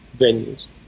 venues